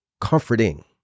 comforting